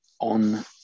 on